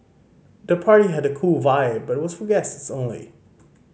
the party had a cool vibe but was for guests the only